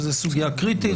שהיא סוגייה קריטית.